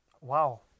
wow